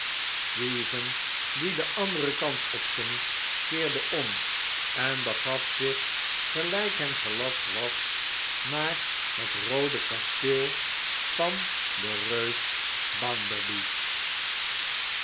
stephen die den anderen kant opging keerde om en begaf zich gelijk hem gelast was naar het roode kasteel van den